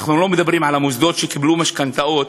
אנחנו לא מדברים על המוסדות שקיבלו משכנתאות,